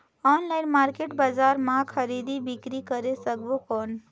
Online market बजार मां खरीदी बीकरी करे सकबो कौन?